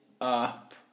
up